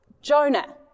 Jonah